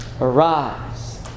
Arise